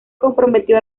comprometió